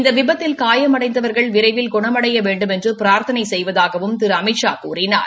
இந்த விபத்தில் காயமடைந்தவர்கள் விரைவில் குணமடைய வேண்டுமென்று பிரர்த்தனை செய்வதாகவும் திரு அமித்ஷா கூறினார்